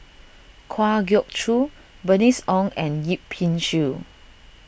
Kwa Geok Choo Bernice Ong and Yip Pin Xiu